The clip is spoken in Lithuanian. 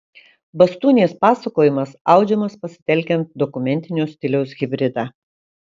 bastūnės pasakojimas audžiamas pasitelkiant dokumentinio stiliaus hibridą